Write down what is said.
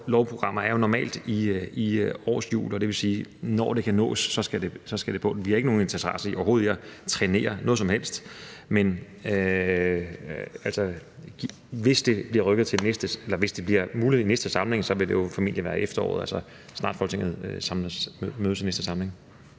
Lovprogrammer er jo normalt i årshjul, og det vil sige, at når det kan nås, skal det på. Vi har overhovedet ikke nogen interesse i at trænere noget som helst. Hvis det bliver muligt i næste samling, vil det formentlig være i efteråret, altså så snart Folketinget mødes i næste samling.